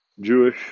Jewish